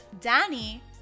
Danny